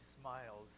smiles